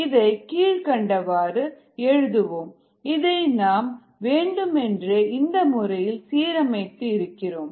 இதை கீழ்க்கண்டவாறு எழுதுவோம் vdPdtvmSKm1IKIS இதில் I என்பது தடுப்பான் இன் செறிவு மற்றும் KIk6k5 இதை நாம் வேண்டுமென்றே இந்த முறையில் சீரமைத்து இருக்கிறோம்